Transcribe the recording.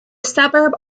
suburb